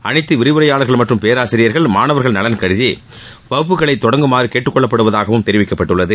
அனைத்து விரிவுரையாளர்கள் மற்றும் பேராசிரியர்கள் மாணவர்கள் நலன் கருதி வகுப்புகளை தொடங்குமாறு கேட்டுக்கொள்ளப்படுவதகாவும் தெரிவிக்கப்பட்டுள்ளது